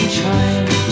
trying